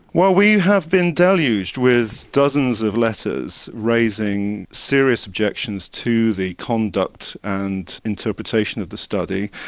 well we have been deluged with dozens of letters raising serious objections to the conduct and interpretation of the study,